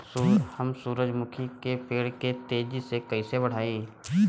हम सुरुजमुखी के पेड़ के तेजी से कईसे बढ़ाई?